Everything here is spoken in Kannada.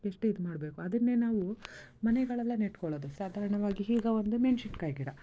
ಎಷ್ಟು ಇದು ಮಾಡಬೇಕು ಅದನ್ನೇ ನಾವು ಮನೆಗಳಲ್ಲ ನಡ್ಕೊಳ್ಳೋದು ಸಾಧಾರಣವಾಗಿ ಈಗ ಒಂದು ಮೆಣ್ಸಿನಕಾಯಿ ಗಿಡ